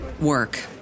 work